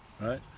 Right